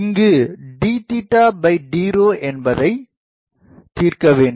இங்கு dd என்பதைத் தீர்க்கவேண்டும்